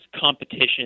competition